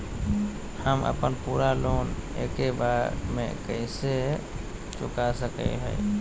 हम अपन पूरा लोन एके बार में कैसे चुका सकई हियई?